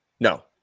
No